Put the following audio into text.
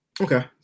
Okay